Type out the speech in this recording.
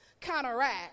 counteract